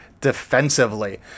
defensively